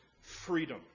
freedom